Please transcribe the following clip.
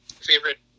favorite